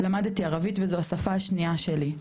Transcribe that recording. למדתי ערבית וזו השפה השנייה שלי,